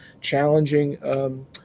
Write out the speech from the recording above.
challenging